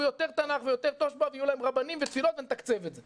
יותר תנ"ך ויותר תושב"ע ויהיו להם רבנים ותפילות ונתקצב את זה.